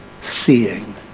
seeing